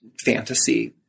fantasy